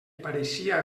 pareixia